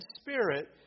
spirit